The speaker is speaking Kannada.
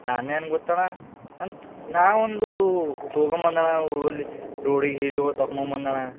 ನಾನೇನು ಗೊತ್ತಾಣ್ಣ ಅಂತ ನಾ ಒಂದು ಹೋಗೋಮಂದನವಲ್ಲಿ ರೋಡಿಗೆ ಹೀಡಿ್ಗೆ ಹೋಗಿ ತಗೊಮ ಬಂದ್ನಣ್ಣ